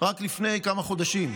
רק לפני כמה חודשים.